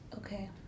Okay